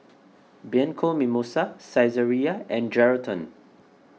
Bianco Mimosa Saizeriya and Geraldton